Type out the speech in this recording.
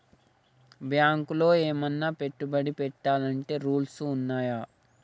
బ్యాంకులో ఏమన్నా పెట్టుబడి పెట్టాలంటే రూల్స్ ఉన్నయా?